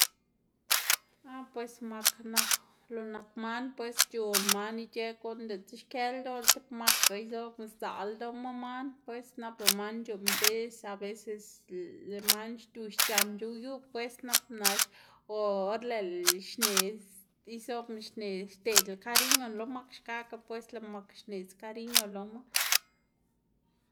Ah pues mak nak lo man pues c̲h̲on man ic̲h̲ë guꞌn, ditꞌse xkëꞌ ldoꞌlá tib mak izobna sdzaꞌl ldoꞌma man pues nap lëꞌ man c̲h̲uꞌnn bis aveces lëꞌ man xduꞌx c̲h̲an c̲h̲ow yu pues nap nax o or lëꞌlá xneꞌ izobna xneꞌ xdeꞌdlá kariño lo mak xkakga pues lëꞌ mak xneꞌdz kariño loma.